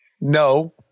No